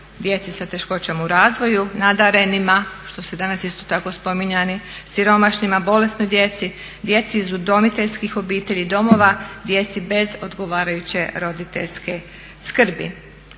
djece sa teškoćama u razvoju, nadarenima što su danas isto tako spominjani, siromašnima, bolesnoj djeci, djeci iz udomiteljskih obitelji, domova, djeci bez odgovarajuće roditeljske skrbi.